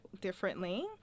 differently